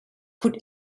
could